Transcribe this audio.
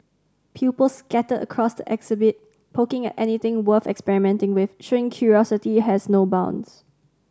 pupils scattered around the exhibits poking at anything worth experimenting with showing curiosity has no bounds